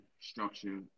structure